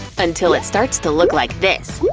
until it starts to look like this.